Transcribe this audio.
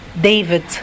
David